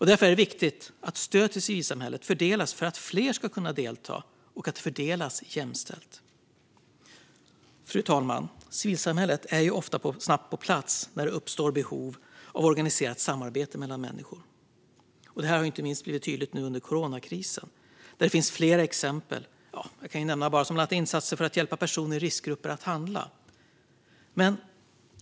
Därför måste stöd till civilsamhället fördelas för att fler ska kunna delta, och det måste fördelas jämställt. Fru talman! Civilsamhället är ofta snabbt på plats när det uppstår behov av organiserat samarbete mellan människor. Det har inte minst blivit tydligt nu under coronakrisen, där det finns flera exempel som visat det, såsom insatser för att hjälpa personer i riskgrupper att handla.